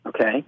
Okay